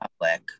public